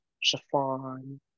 chiffon